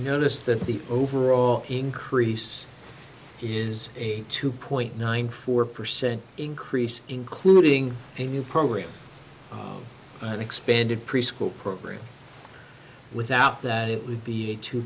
notice that the overall increase is a two point nine four percent increase including a new program an expanded preschool program without that it would be a two